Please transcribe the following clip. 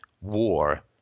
war